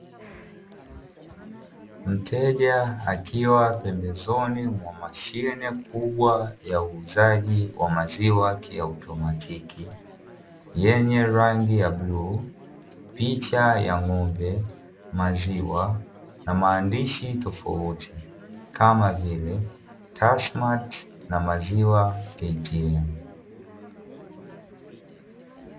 Mteja akiwa pembezoni mwa mashine kubwa ya uuzaji wa maziwa kiautomatiki, yenye rangi ya bluu, picha ya ng'ombe, maziwa na maandishi tofauti kama vile; "kasmat" na "maziwa ATM".